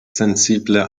sensible